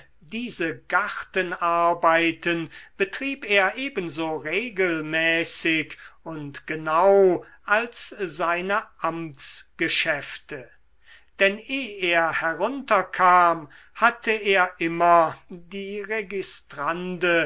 diese gartenarbeiten betrieb er ebenso regelmäßig und genau als seine amtsgeschäfte denn eh er herunterkam hatte er immer die